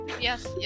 Yes